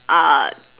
are